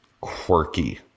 quirky